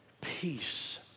peace